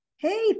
Hey